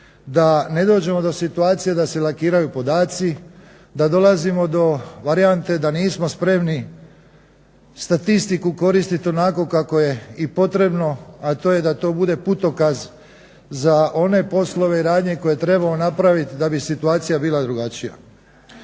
da ne dođemo do situacije da se lakiraju podaci, da dolazimo do varijante da nismo spremni statistiku koristiti onako kako je i potrebno, a to je da to bude putokaz za one poslove i radnje koje trebamo napraviti da bi situacija bila drugačija.